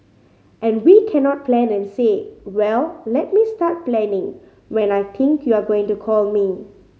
and we cannot plan and say well let me start planning when I think you are going to call me